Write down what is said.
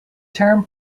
term